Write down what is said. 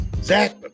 Zach